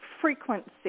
frequency